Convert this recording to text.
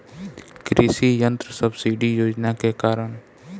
कृषि यंत्र सब्सिडी योजना के कारण?